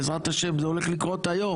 בעזרת השם, זה הולך לקרות היום.